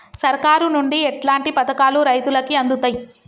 సర్కారు నుండి ఎట్లాంటి పథకాలు రైతులకి అందుతయ్?